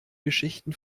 geschichten